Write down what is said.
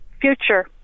future